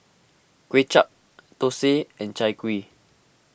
Kway Chap Thosai and Chai Kuih